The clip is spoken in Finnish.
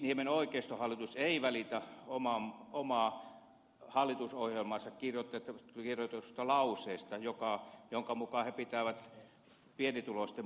kiviniemen oikeistohallitus ei välitä omaan hallitusohjelmaansa kirjoitetusta lauseesta jonka mukaan he pitävät pienituloisten puolta